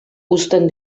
uzten